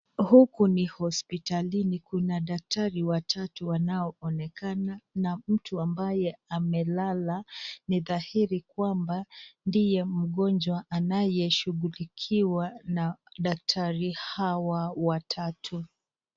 Huku ni hospitalini, kuna daktari watatu wanaoonekana na mtu ambaye amelala, ni dhahiri kwamba ndiye mgonjwa anayeshugulikiwa na daktari hawa watatu.